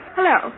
Hello